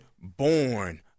born